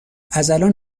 ازالان